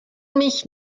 mich